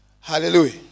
Hallelujah